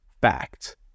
Fact